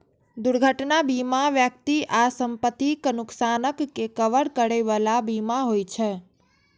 दुर्घटना बीमा व्यक्ति आ संपत्तिक नुकसानक के कवर करै बला बीमा होइ छे